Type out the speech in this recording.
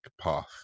path